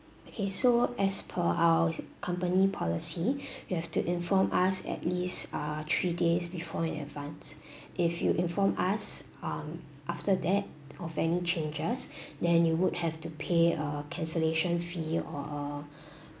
okay so as per our company policy you have to inform us at least uh three days before in advance if you inform us um after that of any changes then you would have to pay a cancellation fee or a